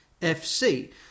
FC